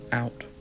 out